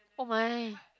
oh my